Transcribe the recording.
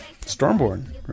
Stormborn